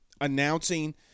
announcing